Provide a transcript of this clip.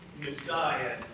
Messiah